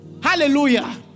Hallelujah